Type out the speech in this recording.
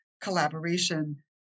collaboration